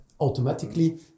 automatically